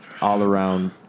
all-around